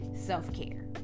self-care